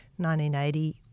1980